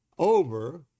over